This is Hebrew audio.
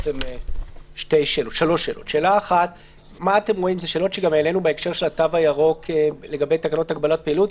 אלה שאלות שגם העלינו בהקשר של התו הירוק לגבי תקנות הגבלת פעילות,